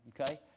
okay